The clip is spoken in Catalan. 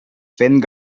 fent